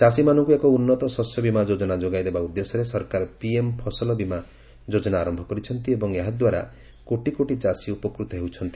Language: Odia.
ଚାଷୀମାନଙ୍କୁ ଏକ ଉନ୍ନତ ଶସ୍ୟବୀମା ଯୋଜନା ଯୋଗାଇଦେବା ଉଦ୍ଦେଶ୍ୟରେ ସରକାର ପିଏମ୍ ଫସଲବୀମା ଯୋଜନା ଆରମ୍ଭ କରିଛନ୍ତି ଏବଂ ଏହାଦ୍ୱାରା କୋଟି କୋଟି ଚାଷୀ ଉପକୃତ ହେଉଛନ୍ତି